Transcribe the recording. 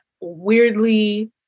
weirdly